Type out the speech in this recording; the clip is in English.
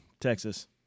Texas